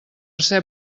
ser